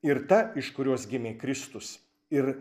ir ta iš kurios gimė kristus ir